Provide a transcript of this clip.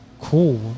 cool